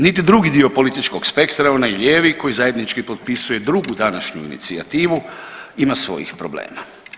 Niti drugi političkog spektra onaj lijevi koji zajednički potpisuje drugu današnju inicijativu ima svojih problema.